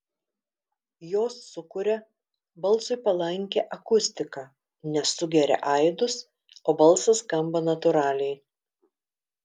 jos sukuria balsui palankią akustiką nes sugeria aidus o balsas skamba natūraliai